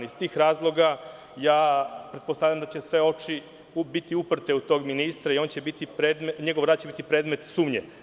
Iz tih razloga pretpostavljam da će sve oči biti uprte u tog ministra i njegov rad će biti predmet sumnje.